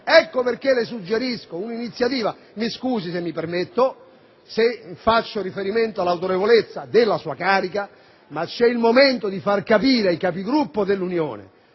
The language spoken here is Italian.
Ecco perché le suggerisco un'iniziativa, mi scusi se mi permetto e faccio riferimento all'autorevolezza della sua carica: è il momento di far capire ai Capigruppo dell'Unione